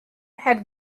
had